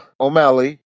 O'Malley